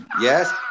Yes